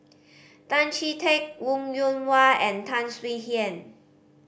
Tan Chee Teck Wong Yoon Wah and Tan Swie Hian